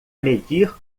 medir